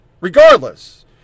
Regardless